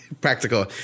Practical